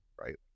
Right